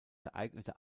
geeignete